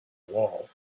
wall